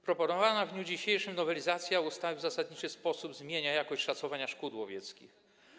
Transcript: Proponowana w dniu dzisiejszym nowelizacja ustawy w zasadniczy sposób zmienia jakość szacowania szkód łowieckich.